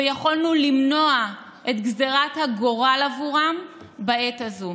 ויכולנו למנוע את גזרת הגורל עבורם בעת הזאת.